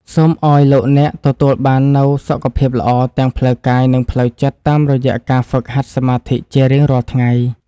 សូមឱ្យលោកអ្នកទទួលបាននូវសុខភាពល្អទាំងផ្លូវកាយនិងផ្លូវចិត្តតាមរយៈការហ្វឹកហាត់សមាធិជារៀងរាល់ថ្ងៃ។